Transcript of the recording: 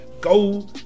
Go